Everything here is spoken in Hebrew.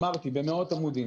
אמרתי, במאות עמודים.